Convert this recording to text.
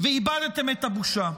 איבדתם את הבושה.